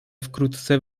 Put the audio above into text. wkrótce